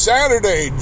Saturday